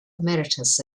emeritus